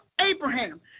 Abraham